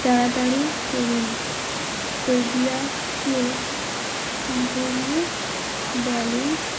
তাড়াতাড়ি করুন পেডিয়াশিওর সম্পূর্ণ ব্যালেন্স